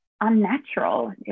unnatural